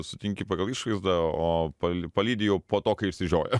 sutinki pagal išvaizdą o pal palydi jau po to kai išsižioja